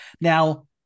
Now